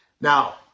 Now